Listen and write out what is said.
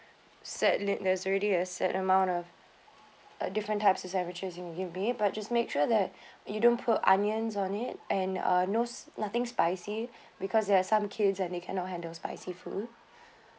set li~ there's already a set amount of uh different types of sandwiches it will be but just make sure that you don't put onions on it and uh no s~ nothing spicy because there are some kids and they cannot handle spicy food